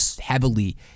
heavily